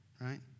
Right